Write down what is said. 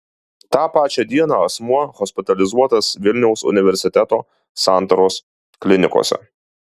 tą pačią dieną asmuo hospitalizuotas vilniaus universiteto santaros klinikose